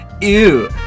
ew